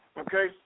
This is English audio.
okay